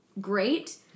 great